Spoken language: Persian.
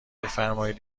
بفرمایید